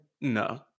no